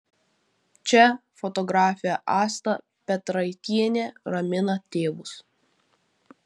čia fotografė asta petraitienė ramina tėvus